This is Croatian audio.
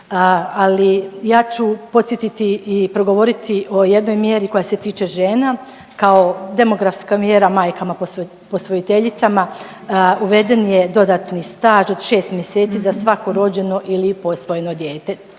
Ali ja ću podsjetiti i progovoriti o jednoj mjeri koja se tiče žena kao demografska mjera majkama posvojiteljicama uveden je dodatni staž od 6 mjeseci za svako rođeno ili posvojeno dijete